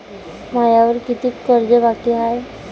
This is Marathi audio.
मायावर कितीक कर्ज बाकी हाय?